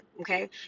okay